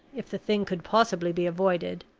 if the thing could possibly be avoided,